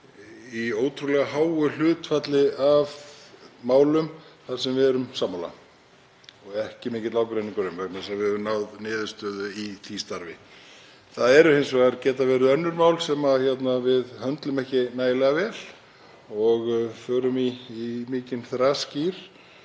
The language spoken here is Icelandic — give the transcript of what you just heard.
í ótrúlega háu hlutfalli af málum þar sem við erum sammála og ekki mikill ágreiningur um vegna þess að við höfum náð niðurstöðu í því starfi. Það geta hins vegar verið önnur mál sem við höndlum ekki nægilega vel og förum í mikinn þrasgír